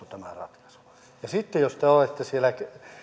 tämä ratkaisu onnistui sittenhän jos te olette siellä